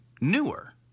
newer